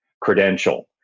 credential